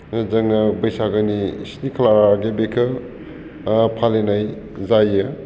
जोङो बैसागोनि स्नि खालारहालागि बेखौ फालिनाय जायो